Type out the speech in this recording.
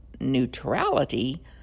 Neutrality